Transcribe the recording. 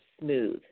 smooth